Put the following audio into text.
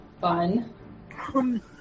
Fun